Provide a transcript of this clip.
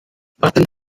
warten